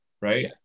right